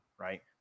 Right